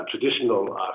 traditional